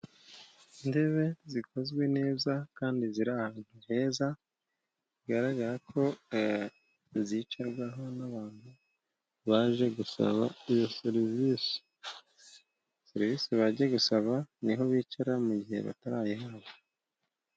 Intebe zikozwe neza, kandi zira ahantu heza, bigaragara ko zicarwaho n'abantu baje gusaba iyo serivisi. Serivisi bajya gusaba niho bicara, mu gihe batarayihabwa.